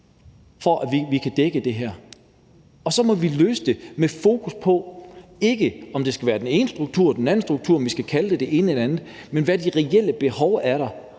for at vi kan dække det her, og så må vi løse det med fokus på, ikke om det skal være den ene struktur eller den anden struktur, om vi skal kalde det